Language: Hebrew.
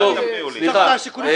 טוב, סליחה, סליחה.